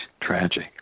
tragic